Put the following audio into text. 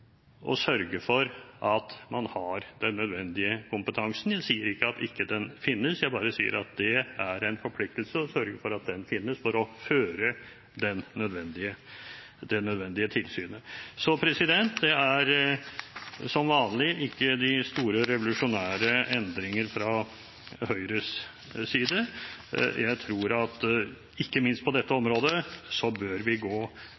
å sørge for at man har den nødvendige kompetansen. Jeg sier ikke at den ikke finnes, jeg bare sier at det er en forpliktelse til å sørge for at den finnes, for å føre det nødvendige tilsynet. Det er som vanlig ikke de store revolusjonære endringer fra Høyres side. Jeg tror at ikke minst på dette området bør vi gå